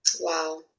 Wow